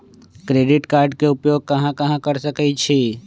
Credit card के उपयोग कहां कहां कर सकईछी?